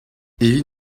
evit